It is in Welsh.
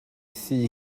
thŷ